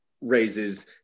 raises